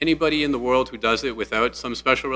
anybody in the world who does it without some special